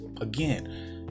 again